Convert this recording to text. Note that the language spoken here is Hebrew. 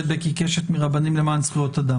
הדיון השני בנושא מעניין